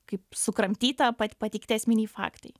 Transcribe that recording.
kaip sukramtyta pateikti esminiai faktai